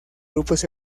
grupos